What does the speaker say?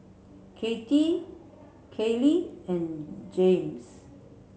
Katie Kalie and Jaymes